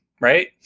right